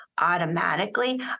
automatically